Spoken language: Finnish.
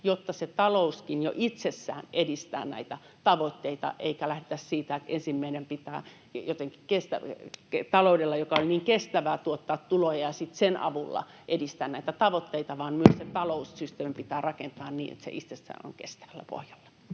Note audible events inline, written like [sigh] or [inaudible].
jotta se talouskin jo itsessään edistää näitä tavoitteita, eikä lähdetä siitä, että ensin meidän pitää jotenkin taloudella, joka ei ole niin kestävää, [noise] tuottaa tuloja ja sitten sen avulla edistää näitä tavoitteita. Myös se taloussysteemi pitää rakentaa niin, että se itsessään on kestävällä pohjalla.